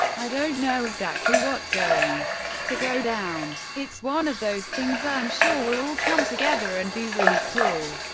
i don't know exactly what's going to go down. it's one of those things i'm sure will all come together and be really cool.